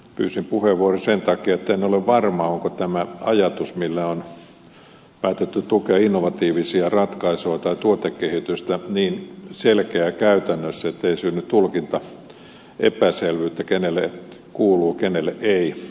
pyysin puheenvuoron sen takia etten ole varma onko tämä ajatus millä on päätetty tukea innovatiivisia ratkaisuja tai tuotekehitystä niin selkeä käytännössä ettei synny tulkintaepäselvyyttä kenelle kuuluu kenelle ei